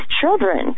children